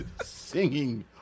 singing